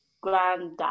granddad